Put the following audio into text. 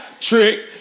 Trick